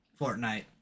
Fortnite